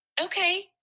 okay